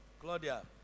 Claudia